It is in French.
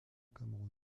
cameroun